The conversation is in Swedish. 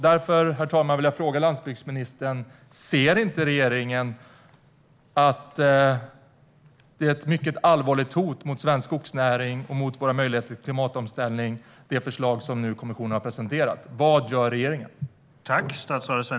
Därför vill jag fråga landsbygdsministern: Ser regeringen inte att det förslag som kommissionen har presenterat är ett mycket allvarligt hot mot svensk skogsnäring och våra möjligheter till klimatomställning? Vad gör regeringen?